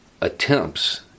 attempts